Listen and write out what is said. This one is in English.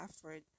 effort